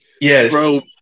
Yes